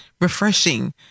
refreshing